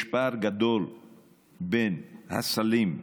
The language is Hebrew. יש פער גדול בין הסלים,